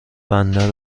بندر